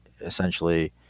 essentially